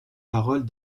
paroles